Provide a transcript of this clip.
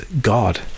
god